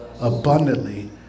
Abundantly